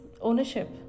ownership